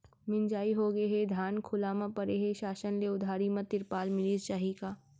मिंजाई होगे हे, धान खुला म परे हे, शासन ले उधारी म तिरपाल मिलिस जाही का?